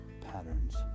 patterns